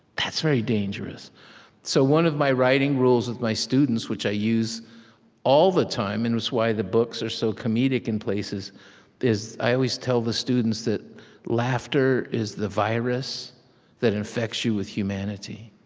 that's very dangerous so one of my writing rules with my students, which i use all the time and it's why the books are so comedic in places is, i always tell the students that laughter is the virus that infects you with humanity.